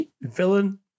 Villain